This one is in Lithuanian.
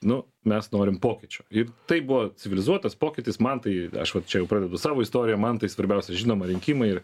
nu mes norim pokyčių ir tai buvo civilizuotas pokytis man tai aš vat čia jau pradedu savo istoriją man tai svarbiausia žinoma rinkimai ir